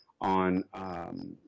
on